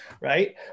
right